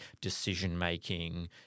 decision-making